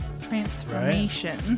Transformation